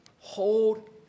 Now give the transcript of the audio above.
hold